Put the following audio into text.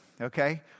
okay